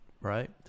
right